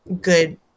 good